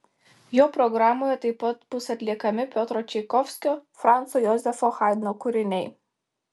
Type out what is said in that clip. jo programoje taip pat bus atliekami piotro čaikovskio franco jozefo haidno kūriniai